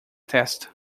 testa